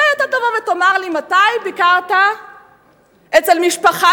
אולי אתה תבוא ותאמר לי מתי ביקרת אצל משפחה